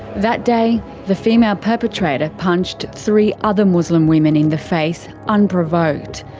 that day, the female perpetrator punched three other muslim women in the face, unprovoked.